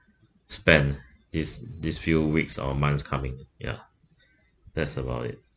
spend these these few weeks or months coming ya that's about it